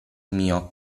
mio